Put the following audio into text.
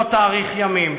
לא תאריך ימים.